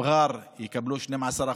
מע'אר יקבלו 12%,